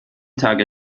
tage